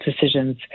decisions